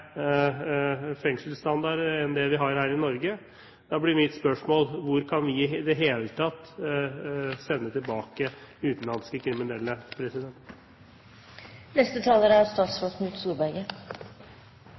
fengselsstandard enn det vi har her i Norge. Da blir mitt spørsmål: Hvor kan vi i det hele tatt sende tilbake utenlandske kriminelle?